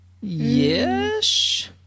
Yes